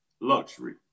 Luxury